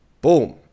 Boom